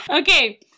Okay